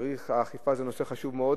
שהאכיפה זה נושא חשוב מאוד,